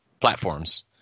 platforms